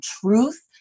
truth